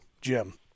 Jim